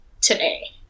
today